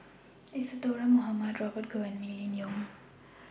Isadhora Mohamed Robert Goh and Mylene Ong